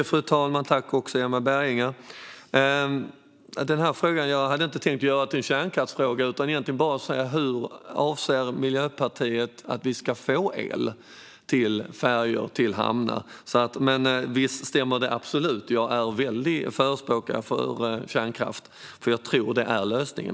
Fru talman! Jag hade inte tänkt göra detta till en kärnkraftsfråga, utan bara säga: Hur avser Miljöpartiet att se till att vi får el till färjor och hamnar? Men visst, det stämmer absolut: Jag är en stark förespråkare för kärnkraft, för jag tror att det är lösningen.